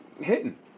hitting